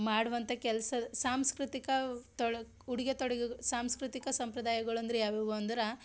ಮಾಡುವಂಥ ಕೆಲಸ ಸಾಂಸ್ಕೃತಿಕ ತೊಳ್ ಉಡುಗೆ ತೊಡುಗೆ ಸಾಂಸ್ಕೃತಿಕ ಸಂಪ್ರದಾಯಗಳಂದ್ರೆ ಯಾವ್ಯಾವು ಅಂದ್ರೆ